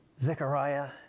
Zechariah